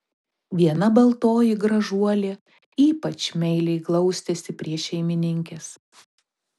viena baltoji gražuolė ypač meiliai glaustėsi prie šeimininkės